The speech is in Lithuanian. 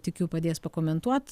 tikiu padės pakomentuot